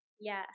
yes